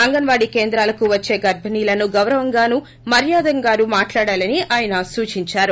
అంగన్ వాడి కేంద్రాలకు వచ్చే గర్భిణీలను గౌరవంగాను మర్యాదగాను మాట్లాడాలని ఆయన సూచించారు